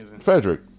Frederick